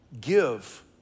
give